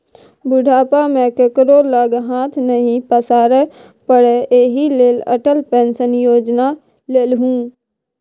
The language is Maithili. बुढ़ापा मे केकरो लग हाथ नहि पसारै पड़य एहि लेल अटल पेंशन योजना लेलहु